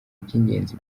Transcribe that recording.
by’ingenzi